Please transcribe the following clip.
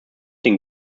den